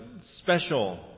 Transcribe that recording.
special